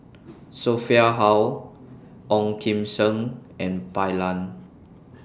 Sophia Hull Ong Kim Seng and Bai Lan